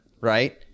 right